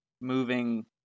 moving